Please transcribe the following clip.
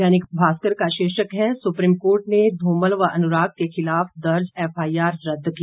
दैनिक भास्कर का शीर्षक है सुप्रीम कोर्ट ने धूमल व अनुराग के खिलाफ दर्ज एफआईआर रदद की